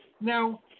Now